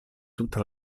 tutta